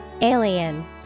Alien